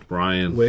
Brian